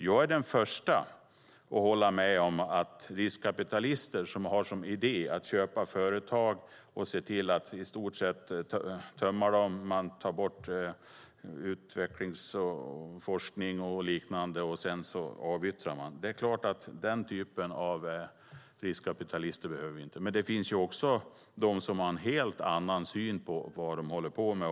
Jag är den förste att hålla med om att sådana riskkapitalister som har som idé att köpa företag, i stort sett tömma dem, ta bort utveckling, forskning och liknande och därefter avyttra dem behöver vi inte. Det finns dock även sådana som har en helt annan syn på vad de håller på med.